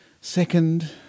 second